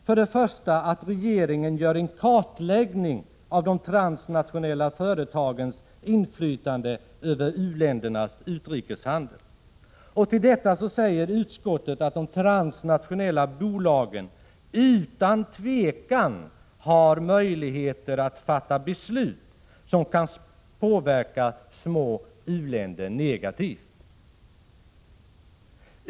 Vi föreslår att regeringen gör en kartläggning av de transnationella företagens inflytande över u-ländernas utrikeshandel. Till detta säger utskottet att de transnationella bolagen utan tvivel har möjligheter att fatta beslut som kan påverka små u-länder negativt.